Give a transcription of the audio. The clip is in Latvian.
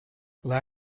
lai